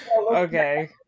okay